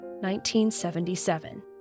1977